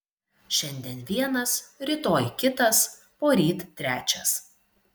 šiandien vienas rytoj kitas poryt trečias